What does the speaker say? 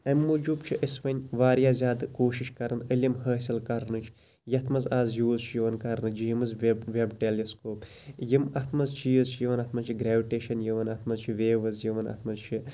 امہِ موجوب چھِ أسۍ وۄنۍ واریاہ زیادٕ کوشِش کَران علم حٲصِل کَرنٕچ یَتھ مَنٛز آز یوٗز چھُ یِوان کَرنہٕ جیمٕز ویٚب ویٚب ٹیٚلِسکوپ یِم اتھ مَنٛز چیٖز چھِ یِوان اتھ مَنٛز چھِ گریوِٹیشَن یِوَن اتھ مَنٛز چھِ ویوٕز یِوَن اتھ مَنٛز چھ